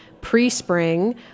pre-spring